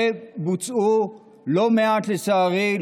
לצערי,